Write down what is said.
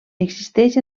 existeix